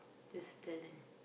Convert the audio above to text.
there's a talent